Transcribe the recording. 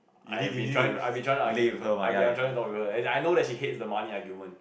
I've been trying I've been trying to argue with her I've been trying talk to her I know she hates the money argument